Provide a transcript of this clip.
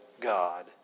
God